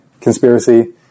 conspiracy